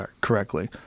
correctly